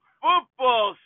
football